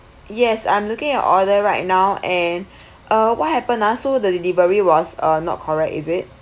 yes I'm looking at the order right now and uh what happened lah so the delivery was uh not correct is it